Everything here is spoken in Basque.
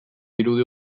irudi